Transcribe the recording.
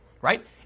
right